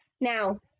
Now